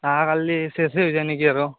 আহাকালি শেষেই হৈ যায় নেকি আৰু